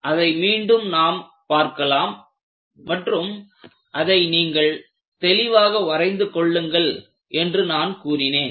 அதை மீண்டும் நாம் பார்க்கலாம் மற்றும் அதை நீங்கள் தெளிவாக வரைந்து கொள்ளுங்கள் என்று நான் கூறினேன்